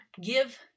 give